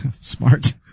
Smart